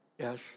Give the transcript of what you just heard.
Yes